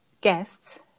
guests